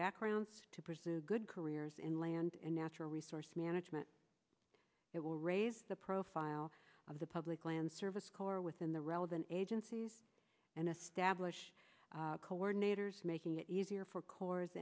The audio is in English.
backgrounds to pursue good careers in land and natural resource management it will raise the profile of the public land service corps within the relevant agencies and establish coordinators making it easier for c